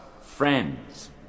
friends